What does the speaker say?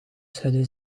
schudde